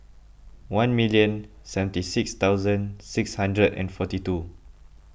one million seventy six thousand six hundred and forty two